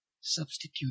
substitute